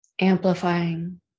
amplifying